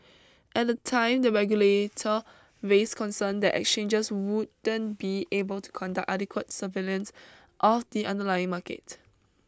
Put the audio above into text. at the time the regulator raised concern that exchanges wouldn't be able to conduct adequate surveillance of the underlying market